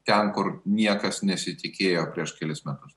ten kur niekas nesitikėjo prieš kelis metus